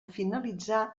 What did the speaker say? finalitzar